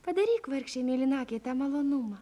padaryk vargšei mėlynakei tą malonumą